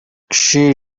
she